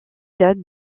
date